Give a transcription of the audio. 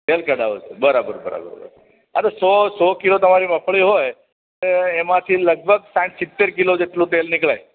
તેલ કઢાવું છે બરાબર બરાબર બરાબર અને સો સો કિલો તમારી મગફળી હોય તો એમાંથી લગભગ સાંઠ સિત્તેર કિલો જેટલું તેલ નીકળે